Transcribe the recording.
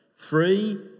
Three